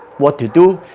what to do,